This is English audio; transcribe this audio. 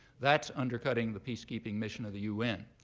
that's undercutting the peacekeeping mission of the un.